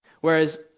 Whereas